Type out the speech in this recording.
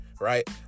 right